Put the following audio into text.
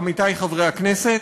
עמיתי חברי הכנסת,